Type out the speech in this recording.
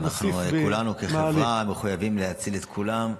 אנחנו כולנו כחברה מחויבים להציל את כולם,